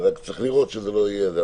רק צריך לראות שזה לא יהיה זה.